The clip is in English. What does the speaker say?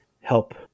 help